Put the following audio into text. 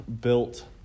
built